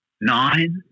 nine